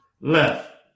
Left